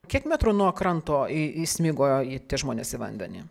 kiek metrų nuo kranto į įsmigo į žmonės į vandenį